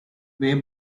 way